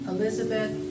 Elizabeth